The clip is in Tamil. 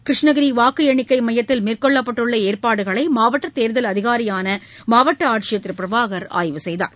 கிருஷ்ணகிரி வாக்கு எண்ணிக்கை மையத்தில் மேற்கொள்ளப்பட்டுள்ள் ஏற்பாடுகளை மாவட்ட தேர்தல் அதிகாரியான மாவட்ட ஆட்சியர் பிரபாகர் ஆய்வு செய்தார்